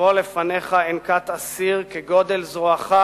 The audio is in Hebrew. "תבוא לפניך אנקת אסיר כגדל זרועך